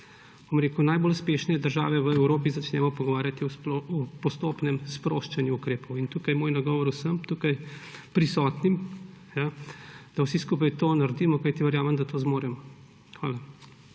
bom rekel, najbolj uspešne države v Evropi začnemo pogovarjati o postopnem sproščanju ukrepov. Tukaj je moj nagovor vsem tukaj prisotnim, da vsi skupaj to naredimo, kajti verjamem, da to zmoremo. Hvala.